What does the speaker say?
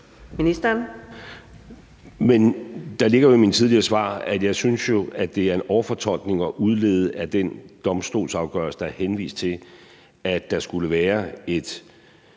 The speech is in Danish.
Rasmussen): Men der ligger jo i mine tidligere svar, at jeg jo synes, at det er en overfortolkning at udlede af den domstolsafgørelse, der er henvist til, at der skulle være et